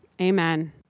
Amen